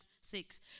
six